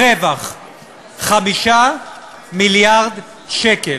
רווח 5 מיליארד שקל,